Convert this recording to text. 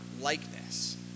likeness